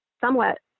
somewhat